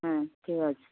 হুম ঠিক আছে